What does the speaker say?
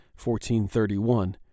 1431